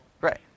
Right